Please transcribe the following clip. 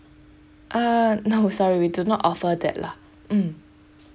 uh no sorry do not offer that lah mm